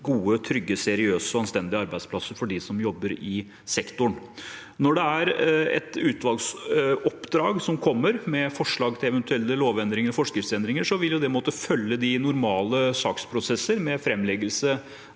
gode, trygge, seriøse og anstendige arbeidsplasser for dem som jobber i sektoren. Når det er et utvalgsoppdrag som kommer med forslag til eventuelle lovendringer og forskriftsendringer, vil det måtte følge de normale saksprosesser med framleggelse